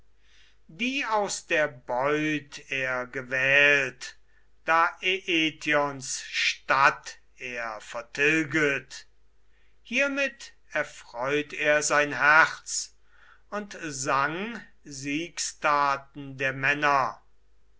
die aus der beut er gewählt da etions stadt er vertilget hiermit erfreut er sein herz und sang siegstaten der männer